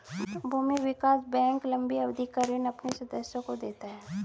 भूमि विकास बैंक लम्बी अवधि का ऋण अपने सदस्यों को देता है